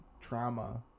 trauma